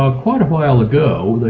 ah quite a while ago.